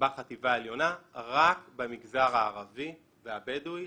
בחטיבה העליונה רק במגזר הערבי והבדואי.